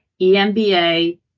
EMBA